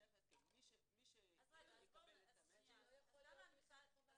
נכון.